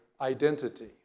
identity